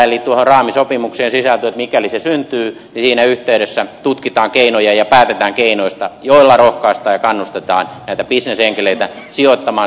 eli tuohon raamisopimukseen sisältyy että mikäli se syntyy niin siinä yhteydessä tutkitaan keinoja ja päätetään keinoista joilla rohkaistaan ja kannustetaan näitä bisnesenkeleitä sijoittamaan suomalaisiin kasvuyrityksiin